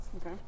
Okay